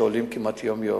שעולים כמעט יום-יום,